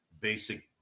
basic